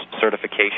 certification